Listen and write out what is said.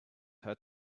had